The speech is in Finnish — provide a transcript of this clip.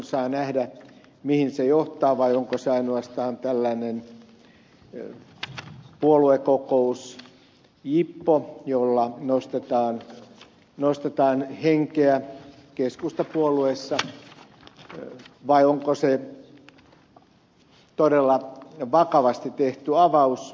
saa nähdä mihin se johtaa vai onko se ainoastaan tällainen puoluekokousjippo jolla nostetaan henkeä keskustapuolueessa vai onko se todella vakavasti tehty avaus